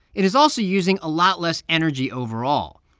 it is also using a lot less energy overall.